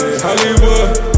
Hollywood